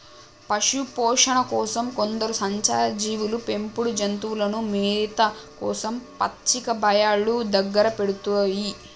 పశుపోషణ కోసం కొందరు సంచార జీవులు పెంపుడు జంతువులను మేత కోసం పచ్చిక బయళ్ళు దగ్గర పెంచుతారు